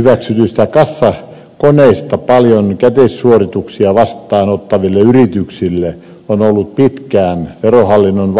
sitten vaatimus tyyppihyväksytyistä kassakoneista paljon käteissuorituksia vastaanottaville yrityksille on ollut pitkään verohallinnon